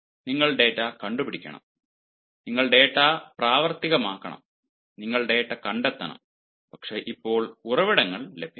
നിങ്ങൾ ഡാറ്റ കണ്ടുപിടിക്കണം നിങ്ങൾ ഡാറ്റ പ്രാവർത്തികമാക്കണം നിങ്ങൾ ഡാറ്റ കണ്ടെത്തണം പക്ഷേ അപ്പോൾ ഉറവിടങ്ങൾ ലഭ്യമാണ്